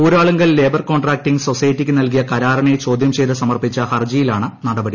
Uralungal labour contracting സൊസൈറ്റിയ്ക്ക് നല്കിയ കരാറിനെ ചോദ്യം ചെയ്ത് സമർപ്പിച്ച ഹർജിയിലാണ് നടപടി